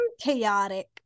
chaotic